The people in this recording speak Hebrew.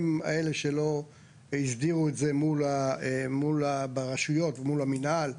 הם אלה שלא הסדירו את זה מול הרשויות מול המנהל,